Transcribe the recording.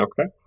okay